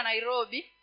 Nairobi